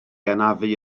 anafu